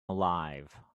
alive